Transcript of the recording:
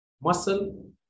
muscle